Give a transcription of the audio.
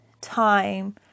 time